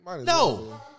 No